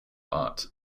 art